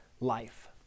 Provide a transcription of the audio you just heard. life